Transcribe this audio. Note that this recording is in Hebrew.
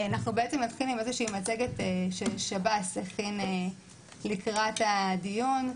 נתחיל עם מצגת ששב"ס הכין לקראת הדיון,